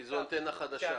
כי זו אנטנה חדשה.